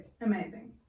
amazing